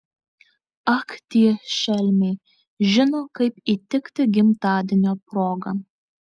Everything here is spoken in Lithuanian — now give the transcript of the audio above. ak tie šelmiai žino kaip įtikti gimtadienio proga